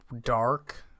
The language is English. dark